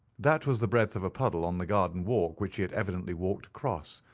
that was the breadth of a puddle on the garden walk which he had evidently walked across.